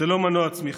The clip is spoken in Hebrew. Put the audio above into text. זה לא מנוע צמיחה.